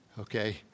okay